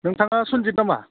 नोंथाङा सनजिब नामा